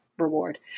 reward